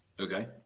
Okay